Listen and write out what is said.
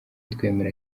twemera